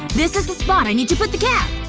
this is the spot i need to put the cap